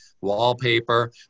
wallpaper